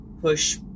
push